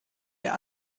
der